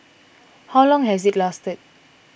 how long has it lasted